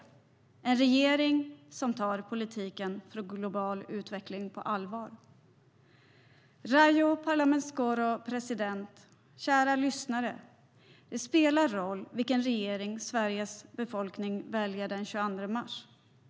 Det är en regering som tar politiken för global utveckling på allvar.och kära lyssnare! Det spelar roll vilken regering Sveriges befolkning väljer den 22 mars.